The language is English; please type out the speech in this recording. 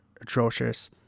atrocious